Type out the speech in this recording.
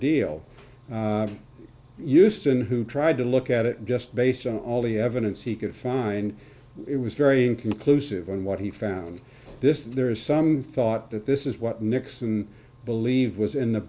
euston who tried to look at it just based on all the evidence he could find it was very inconclusive on what he found this and there is some thought that this is what nixon believed was in the